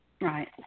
Right